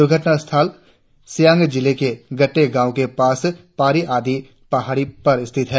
दुर्घटनास्थल सियांग जिले में गट्टे गांव के पास पारी आदि पहाड़ी पर स्थित है